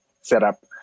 setup